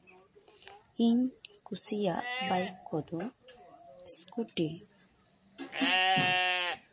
ᱤᱧ ᱠᱩᱥᱤᱭᱟᱜ ᱵᱟᱭᱤᱠ ᱠᱚᱫᱚ ᱥᱠᱩᱴᱤ